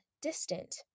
distant